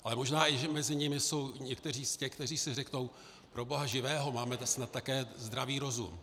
Ale možná i mezi nimi jsou někteří z těch, kteří si řeknou pro boha živého, máme snad také zdravý rozum.